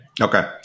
Okay